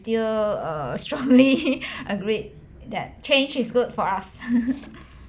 still uh strongly agreed that change is good for us